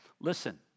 listen